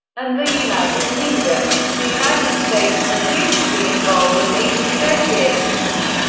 and the united kingdom. the united states refused to be involved in these negotiations.